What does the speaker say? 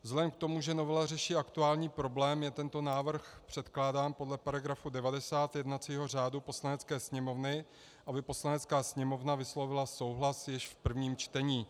Vzhledem k tomu, že novela řeší aktuální problém, je tento návrh předkládán podle § 90 jednacího řádu Poslanecké sněmovny, aby Poslanecká sněmovna vyslovila souhlas již v prvním čtení.